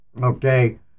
Okay